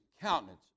countenance